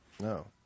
No